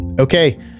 Okay